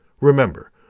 Remember